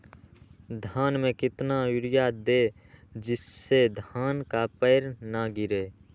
धान में कितना यूरिया दे जिससे धान का पेड़ ना गिरे?